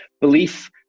Belief